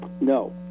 No